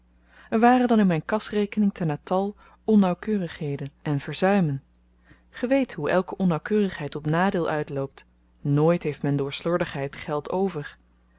er waren dan in myn kasrekening te natal onnauwkeurigheden en verzuimen ge weet hoe elke onnauwkeurigheid op nadeel uitloopt nooit heeft men door slordigheid geld over